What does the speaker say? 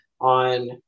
on